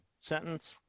sentence